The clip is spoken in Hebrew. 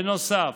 בנוסף,